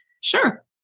Sure